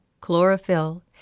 chlorophyll